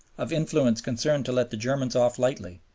of influences concerned to let the germans off lightly,